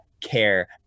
care